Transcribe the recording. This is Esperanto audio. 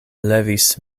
levis